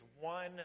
one